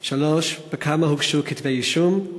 3. בכמה הוגשו כתבי-אישום?